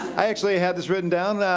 i actually had this written down,